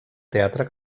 teatre